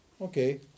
Okay